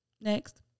Next